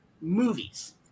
movies